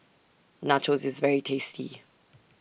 Nachos IS very tasty